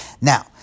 Now